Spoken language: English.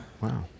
Wow